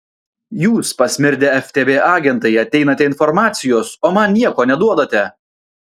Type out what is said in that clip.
jūs pasmirdę ftb agentai ateinate informacijos o man nieko neduodate